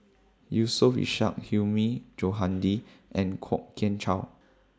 Yusof Ishak Hilmi Johandi and Kwok Kian Chow